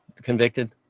convicted